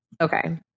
Okay